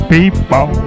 People